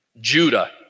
Judah